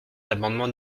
l’amendement